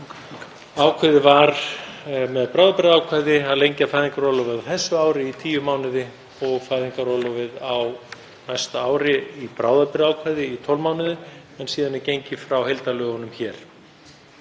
ákveðið var með bráðabirgðaákvæði að lengja fæðingarorlofið á þessu ári í tíu mánuði og fæðingarorlofið á næsta ári með bráðabirgðaákvæði í 12 mánuði. Síðan er gengið frá heildarlögunum hér.